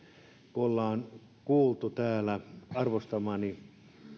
kun täällä ollaan kuultu arvostamani